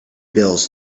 bills